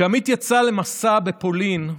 כשעמית יצא למסע לפולין,